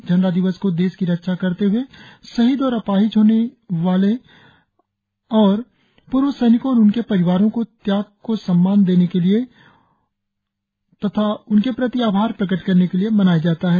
झंडा दिवस को देश की रक्षा करते हए शहीद और अपाहिज होने वाले व साथ ही पूर्व सैनिको और उनके परिवारों के त्याग को सम्मान देने के लिए और उनके प्रति आभार प्रकट करने के लिए मनाया जाता है